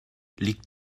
liegt